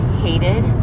hated